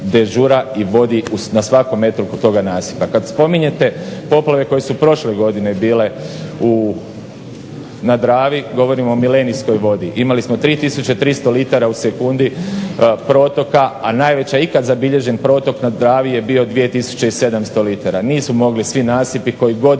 i vodi na svakom metru oko toga nasipa. Kad spominjete poplave koje su prošle godine bile na Dravi, govorimo o milenijskoj vodi, imali smo 3300 litara u sekundi protoka, a najveći ikad zabilježen protok na Dravi je bio 2700 litara. Nisu mogli svi nasipi koji